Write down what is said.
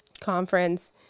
conference